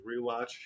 rewatch